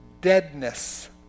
deadness